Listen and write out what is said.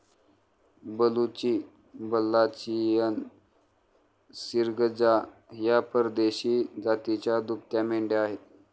बलुची, बल्लाचियन, सिर्गजा या परदेशी जातीच्या दुभत्या मेंढ्या आहेत